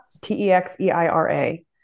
T-E-X-E-I-R-A